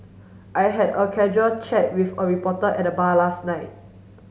I had a casual chat with a reporter at the bar last night